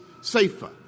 safer